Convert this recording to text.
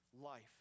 life